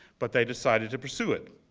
but they decided to pursue it.